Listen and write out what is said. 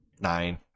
Nine